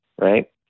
right